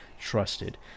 trusted